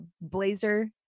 blazer